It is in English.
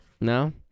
no